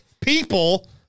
people